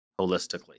holistically